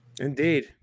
Indeed